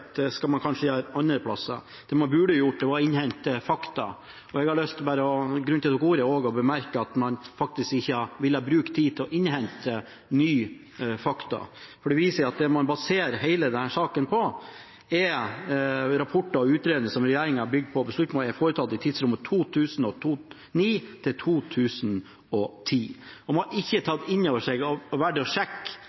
skal man kanskje gjøre andre plasser. Det man burde gjort, var å innhente fakta. Grunnen til at jeg tok ordet, var at jeg har lyst til å bemerke at man faktisk ikke har brukt tid til å innhente nye fakta. Det viser seg at det man baserer hele denne saka på, er rapporter og utredninger som regjeringen har bygd på, og beslutninger man har foretatt i tidsrommet 2009 til 2010. Man har ikke tatt innover seg